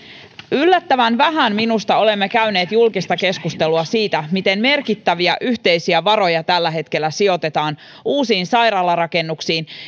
yllättävän vähän minusta olemme käyneet julkista keskustelua siitä miten merkittäviä yhteisiä varoja tällä hetkellä sijoitetaan uusiin sairaalarakennuksiin